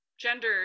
gender